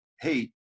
hey